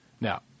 Now